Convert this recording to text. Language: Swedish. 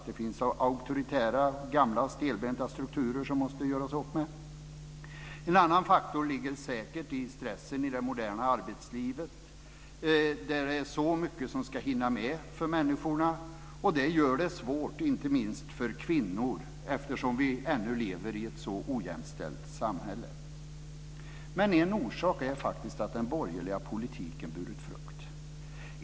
Det finns auktoritära gamla stelbenta strukturer som man måste göra upp med. En annan faktor ligger säkert i stressen i det moderna arbetslivet, där det är så mycket som ska hinnas med för människorna. Det gör det svårt inte minst för kvinnor eftersom vi ännu lever i ett så ojämställt samhälle. Men en orsak är faktiskt att den borgerliga politiken burit frukt.